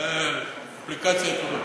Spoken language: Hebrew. זו אפליקציה טובה.